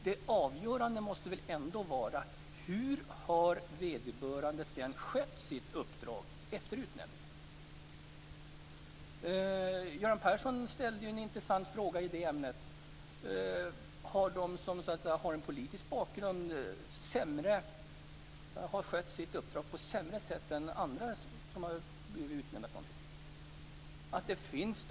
Det avgörande måste väl vara hur vederbörande har skött sitt uppdrag efter utnämningen. Göran Persson ställde en intressant fråga i det ämnet: Har de som har en politisk bakgrund skött sitt uppdrag sämre än andra som har blivit utnämnda?